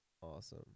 Awesome